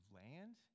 land